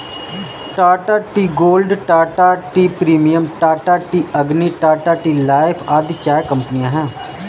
Tata tea gold, Tata tea premium, Tata tea Agni, Tata tea life आदि चाय कंपनियां है